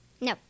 No